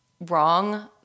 wrong